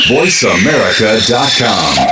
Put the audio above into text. VoiceAmerica.com